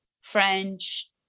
French